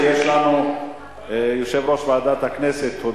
הודעה ליושב-ראש ועדת הכנסת,